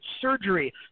surgery